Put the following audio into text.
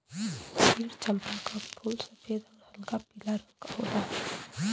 क्षीर चंपा क फूल सफेद आउर हल्का पीला रंग क होला